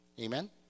Amen